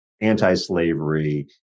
anti-slavery